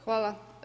Hvala.